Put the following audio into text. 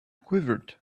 quivered